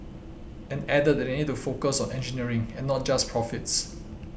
and added that they need to focus on engineering and not just profits